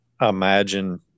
imagine